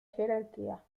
jerarquía